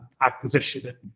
acquisition